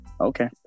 Okay